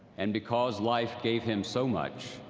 and because life gave him so much,